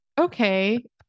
okay